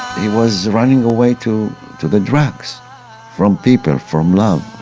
he was running away to to the drugs from people, from love,